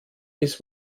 bis